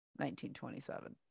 1927